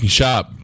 shop